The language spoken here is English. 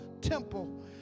temple